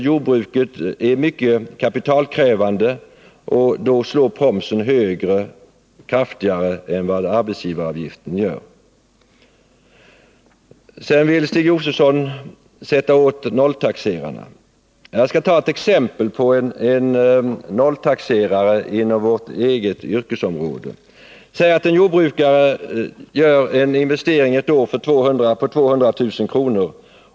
Jordbruket är nämligen mycket kapitalkrävande, och därför slår promsen hårdare än vad arbetsgivaravgiften gör. Stig Josefson vill vidare sätta åt nolltaxerarna. Jag skall ta ett exempel på en nolltaxerare inom vårt eget yrkesområde. Säg att en jordbrukare ett år gör eninvestering på 200 000 kr.